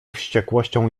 wściekłością